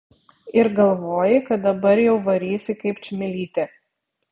ir galvoji kad dabar jau varysi kaip čmilytė